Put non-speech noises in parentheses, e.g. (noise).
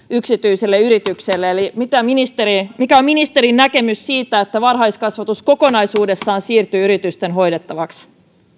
(unintelligible) yksityiselle yritykselle eli mikä on ministerin näkemys siitä että varhaiskasvatus kokonaisuudessaan siirtyy yritysten hoidettavaksi